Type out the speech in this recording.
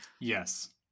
Yes